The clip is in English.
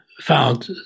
found